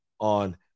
on